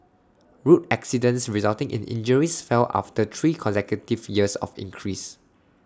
road accidents resulting in injuries fell after three consecutive years of increase